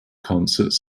concerts